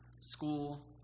school